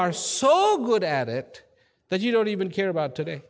are so good at it that you don't even care about today